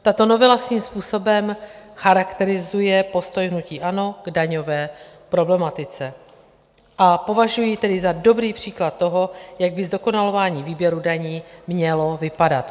Tato novela svým způsobem charakterizuje postoj hnutí ANO k daňové problematice, a považuji ji tedy za dobrý příklad toho, jak by zdokonalování výběru daní mělo vypadat.